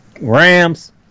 Rams